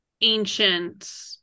ancient